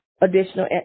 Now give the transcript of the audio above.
additional